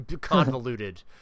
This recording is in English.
convoluted